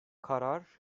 karar